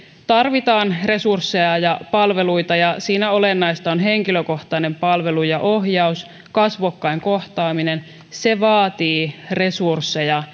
tarvitaan resursseja ja palveluita ja siinä olennaista on henkilökohtainen palvelu ja ohjaus kasvokkain kohtaaminen se vaatii resursseja